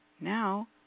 now